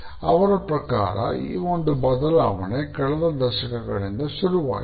ಅವರ ಪ್ರಕಾರ ಈ ಒಂದು ಬದಲಾವಣೆ ಕಳೆದ ದಶಕದಿಂದ ಶುರುವಾಯಿತು